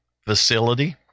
facility